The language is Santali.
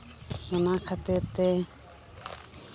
ᱚᱱᱟ ᱠᱷᱟᱹᱛᱤᱨ ᱛᱮ